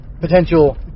potential